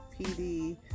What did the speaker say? pd